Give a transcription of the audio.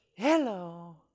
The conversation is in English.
Hello